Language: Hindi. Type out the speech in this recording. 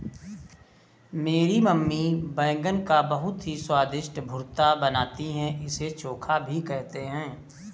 मेरी मम्मी बैगन का बहुत ही स्वादिष्ट भुर्ता बनाती है इसे चोखा भी कहते हैं